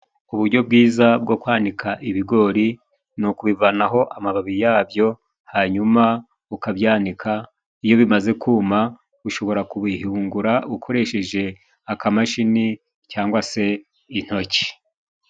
Uburyo bwiza bwo kwanika ibigori ni ukubivanaho amababi yabyo hanyuma ukabyanika. Iyo bimaze kuma ushobora kubihingura ukoresheje akamashini cyangwa se intoki.